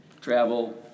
travel